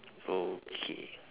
okay